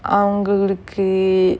அவங்களுக்கு:avangalukku